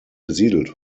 besiedelt